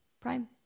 prime